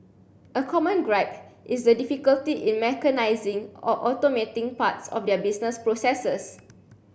a common gripe is the difficulty in mechanising or automating parts of their business processes